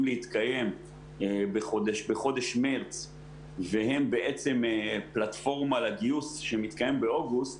להתקיים בחודש מרץ והם בעצם פלטפורמה לגיוס שמתקיים באוגוסט,